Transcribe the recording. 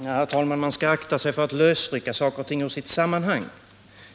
Herr talman! Man skall akta sig för att lösrycka saker och ting ur deras sammanhang.